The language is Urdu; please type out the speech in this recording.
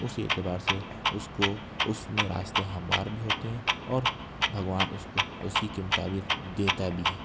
اسی اعتبار سے اس کو اس میں راستے ہموار بھی ہوتے ہیں اور بھگوان اس کو اسی کے مطابق دیتا بھی ہے